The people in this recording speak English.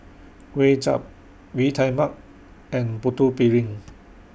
Kuay Chap ree Tai Mak and Putu Piring